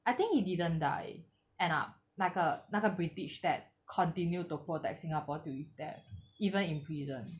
I think he didn't die end up 那个那个 british that continue to protect singapore till his death even in prison